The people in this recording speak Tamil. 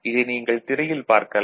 இதை நீங்கள் திரையில் பார்க்கலாம்